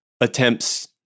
attempts